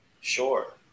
Sure